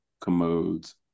commodes